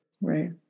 Right